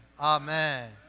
Amen